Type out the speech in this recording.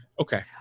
Okay